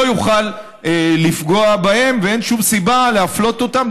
יוכל לפגוע בהם ואין שום סיבה להפלות אותם.